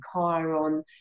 Chiron